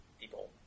people